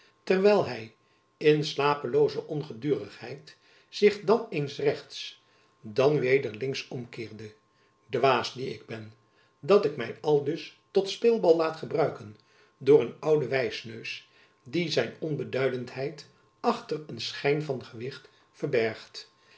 terwijl hy in slaaplooze ongedurigheid zich dan eens rechts dan weder links omkeerde dwaas die ik ben dat ik my aldus tot speelbal laat gebruiken door een ouden wijsneus die zijn onbeduidendheid achter een schijn van gewicht verbergt